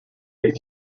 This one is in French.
est